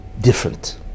different